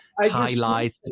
highlight